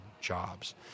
jobs